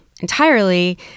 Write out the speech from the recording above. entirely